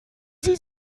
sie